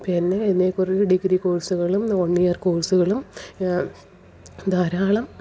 പിന്നെ ഇതിനെക്കുറി ഡിഗ്രി കോഴ്സ്കളും വണ് ഇയര് കോഴ്സുകളും ധാരാളം